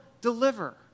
deliver